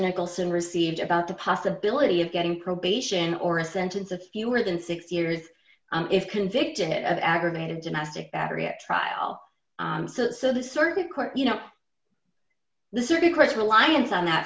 nicholson received about the possibility of getting probation or a sentence of fewer than six years if convicted of aggravated domestic battery at trial so the circuit court you know the circuit courts reliance on that